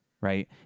Right